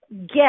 get